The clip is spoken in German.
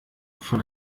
von